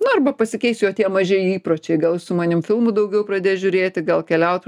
nu arba pasikeis jo tie maži įpročiai gal su manim filmų daugiau pradės žiūrėti gal keliaut